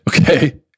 okay